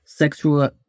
sexual